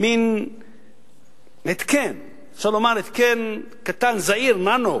מין התקן, אפשר לומר התקן קטן, זעיר, ננו,